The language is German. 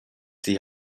die